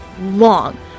long